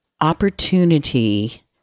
opportunity